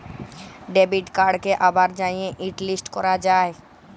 debit কাড়কে আবার যাঁয়ে হটলিস্ট ক্যরা যায়